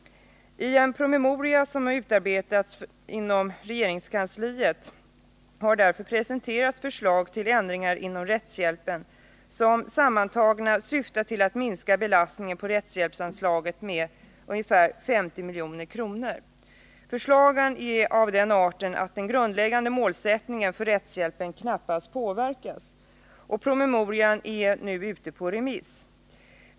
I en promemoria som har utarbetats inom regeringskansliet har därför presenterats förslag till ändringar inom rättshjälpen som sammantagna syftar till att minska belastningen på rättshjälpsanslaget med ungefär 50 milj.kr. Förslagen är av den arten att den grundläggande målsättningen för rättshjälpen knappast påverkas. Promemorian är nu ute på remiss.